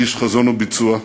איש חזון וביצוע.